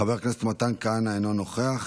חבר הכנסת מתן כהנא, אינו נוכח.